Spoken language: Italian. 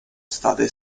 state